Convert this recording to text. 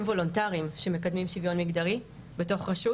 וולונטריים שמקדמים שוויון מגדרי בתוך רשות.